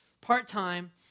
part-time